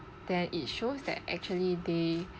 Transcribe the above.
then it shows that actually they